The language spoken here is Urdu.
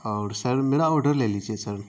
اور سر میرا آرڈر لے لیجیے سر